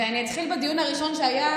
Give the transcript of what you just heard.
ואני אתחיל בדיון הראשון שהיה,